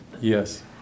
Yes